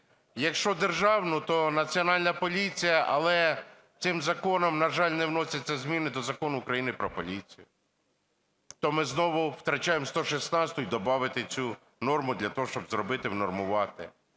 Якщо державну, то Національна поліція, але цим законом, на жаль, не вносяться зміни до Закону України про поліцію. То ми знову втрачаємо 116-у і добавити цю норму для того, щоб зробити, внормувати.